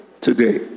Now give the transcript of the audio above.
today